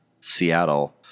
Seattle